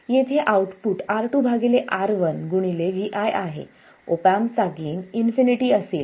येथे output R2 R1 Viआहे op एम्पचा गेन इन्फिनिटी असेल